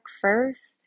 first